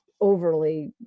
overly